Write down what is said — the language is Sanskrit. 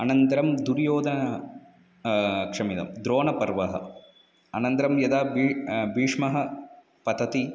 अनन्तरं दुर्योधनः क्षम्यतां द्रोणपर्वः अनन्तरं यदा बि भीष्मः पतति